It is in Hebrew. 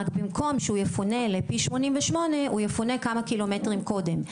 רק במקום שהוא יפונה ל- פי 88 הוא יפונה כמה קילומטרים קודם,